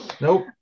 Nope